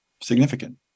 significant